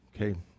Okay